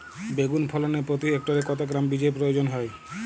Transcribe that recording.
বেগুন ফলনে প্রতি হেক্টরে কত গ্রাম বীজের প্রয়োজন হয়?